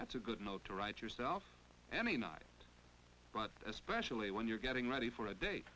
that's a good note to write yourself any night especially when you're getting ready for a da